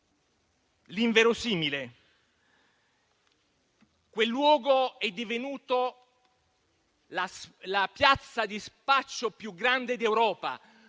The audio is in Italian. l'inverosimile, quel luogo è divenuto la piazza di spaccio più grande d'Europa,